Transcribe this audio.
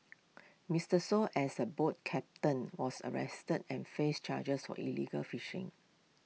Mister Shoo as A boat captain was arrested and faced charges were illegal fishing